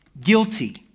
guilty